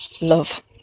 love